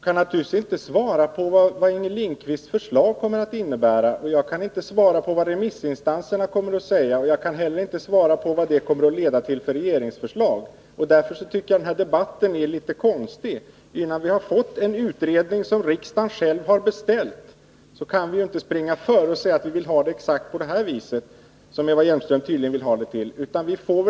Herr talman! Jag kan naturligtvis inte svara på vad Inger Lindquists förslag kommer att innebära, och jag kan inte svara på vad remissinstanserna kommer att säga. Jag kan inte heller säga vad det kommer att leda till för regeringsförslag. Därför tycker jag att den här debatten är litet konstig. Innan vi har fått den utredning som riksdagen själv har beställt, kan vi väl inte springa före och säga exakt hur vi skall ha det, vilket Eva Hjelmström tydligen vill göra.